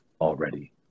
already